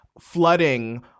flooding